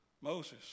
Moses